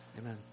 Amen